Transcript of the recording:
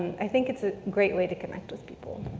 i think it's a great way to connect with people.